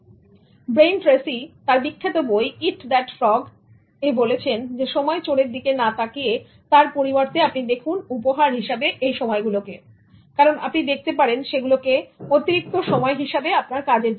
Brian Tracy তার বিখ্যাত বই Eat That Frog এ বলেছেন সময় চোরের দিকে না তাকিয়ে তার পরিবর্তে আপনি দেখুন উপহার হিসাবে এ সময় গুলোকে কারণ আপনি দেখতে পারেন সেগুলো কে অতিরিক্ত সময় হিসাবে আপনার কাজের জন্য